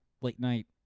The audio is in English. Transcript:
late-night